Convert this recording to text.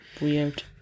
Weird